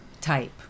type